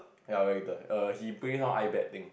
ya where he turn err he bring her iBet thing